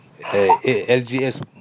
LGS